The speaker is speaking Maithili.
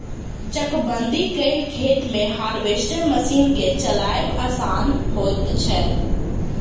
चकबंदी कयल खेत मे हार्वेस्टर मशीन के चलायब आसान होइत छै